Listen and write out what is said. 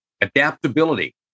Adaptability